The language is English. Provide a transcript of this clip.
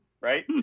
right